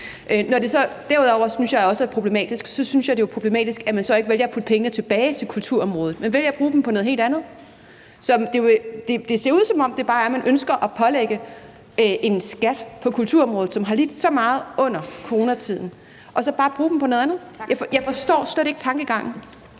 Derudover synes jeg også, at det er problematisk, at man ikke vælger at lægge pengene tilbage til kulturområdet. Man vælger at bruge dem på noget helt andet. Det ser ud, som om man bare ønsker at pålægge kulturområdet, som har lidt så meget under coronaen, en skat og så bare bruge dem på noget andet. Jeg forstår slet ikke tankegangen.